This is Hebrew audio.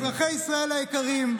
אך אזרחי ישראל היקרים,